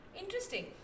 Interesting